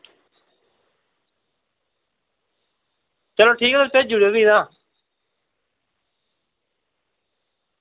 चलो ठीक ऐ तुस भेजी ओड़ेओ फ्ही तां